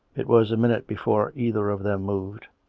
it was a minute before either of them moved,